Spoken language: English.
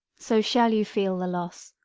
so shall you feel the loss,